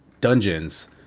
dungeons